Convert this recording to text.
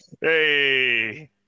Hey